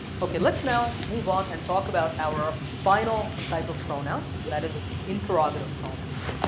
ok let's now move on and talk about our final type of pronoun and that is interrogative pronouns.